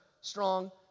strong